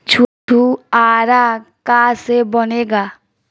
छुआरा का से बनेगा?